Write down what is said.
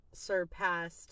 surpassed